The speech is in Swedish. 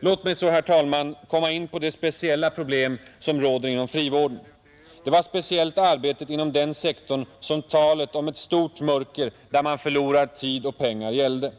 Låt mig så, herr talman, komma in på de speciella problem som råder inom frivården. Det var speciellt arbetet inom den sektorn som talet om ett stort mörker där man förlorar tid och pengar gällde.